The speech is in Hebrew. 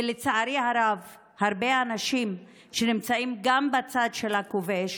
ולצערי הרב הרבה אנשים שנמצאים גם בצד של הכובש